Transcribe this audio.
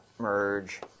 merge